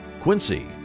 Quincy